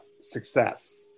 success